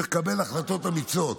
צריך לקבל החלטות אמיצות.